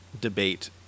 debate